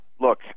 look